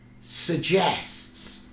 suggests